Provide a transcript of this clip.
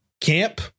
camp